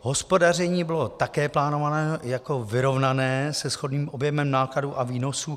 Hospodaření bylo také plánováno jako vyrovnané se shodným objemem nákladů a výnosů.